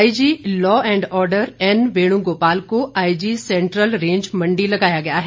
IG law and order N Venugopal को IG central range Mandi लगाया गया है